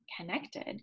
connected